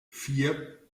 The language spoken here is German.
vier